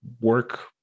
work